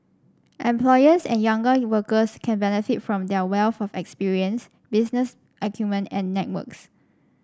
employers and younger workers can benefit from their wealth of experience business acumen and networks